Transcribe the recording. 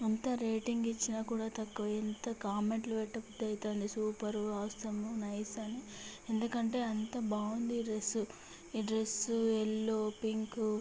అంత రేటింగ్ ఇచ్చినా కూడా తక్కువే ఎంత కామెంట్లు పెట్టబుద్ది అవుతోంది సూపరు అసమ్ నైస్ అని ఎందుకంటే అంత బాగుంది ఈ డ్రెస్సు ఈ డ్రెస్సు ఎల్లో పింకు